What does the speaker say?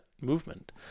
movement